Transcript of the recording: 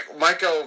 Michael